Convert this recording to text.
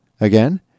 Again